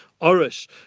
Orish